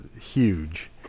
huge